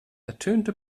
ertönte